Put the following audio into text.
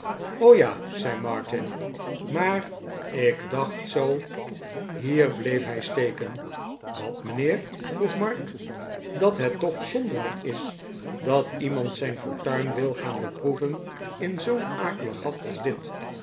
ja zei martini maar ik dacht zoo hier bleef hij steken wat mijnheer vroeg mark dat het toch zonderling is dat iemand zijn fortuin wil gaan beproeven in zoo'n akelig gat als dit